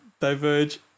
diverge